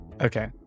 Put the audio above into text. Okay